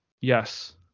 yes